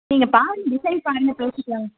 நீங்கள் பாருங்க டிசைன் பாருங்க பேசிக்கலாம்